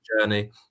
journey